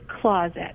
closet